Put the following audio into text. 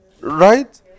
Right